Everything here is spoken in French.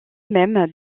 même